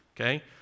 okay